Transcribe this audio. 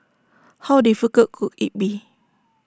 how difficult could IT be